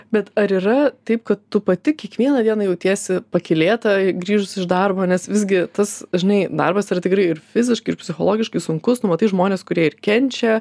bet ar yra taip kad tu pati kiekvieną dieną jautiesi pakylėta grįžus iš darbo nes visgi tas žinai darbas yra tikrai ir fiziškai ir psichologiškai sunkus tu matai žmones kurie kenčia